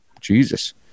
Jesus